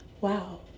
wow